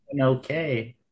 okay